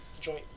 Joint